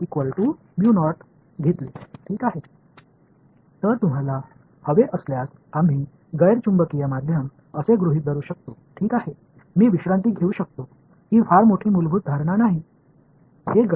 இது மிக அடிப்படையான அனுமானம் அல்ல நான் அதை சற்று தளர்த்தலாம்கணிதம் சற்று சிக்கலானதாக மாறும் ஆனால் நம்மால் கையாள முடியாத எதுவும் இல்லை